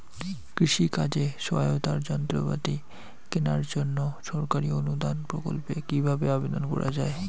কৃষি কাজে সহায়তার যন্ত্রপাতি কেনার জন্য সরকারি অনুদান প্রকল্পে কীভাবে আবেদন করা য়ায়?